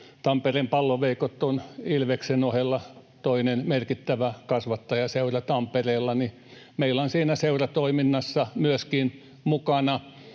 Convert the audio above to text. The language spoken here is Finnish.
Tampereen Pallo-Veikot on Ilveksen ohella toinen merkittävä kasvattajaseura Tampereella, ja meillä on siinä seuratoiminnassa myöskin mukana